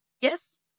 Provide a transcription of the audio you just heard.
Yes